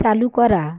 চালু করা